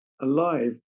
alive